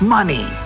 Money